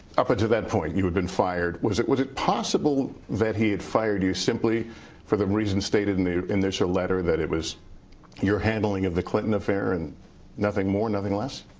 up until that point you had been fired, was it was it possible that he had fired you simply for the reasons stated in the initial letter, that it was your handling of the clinton affair and nothing more, nothing less?